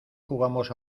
jugamos